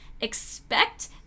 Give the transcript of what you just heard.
Expect